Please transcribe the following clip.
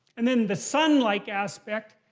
and then the son-like aspect.